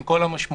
עם כל המשמעויות,